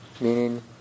meaning